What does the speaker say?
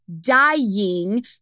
dying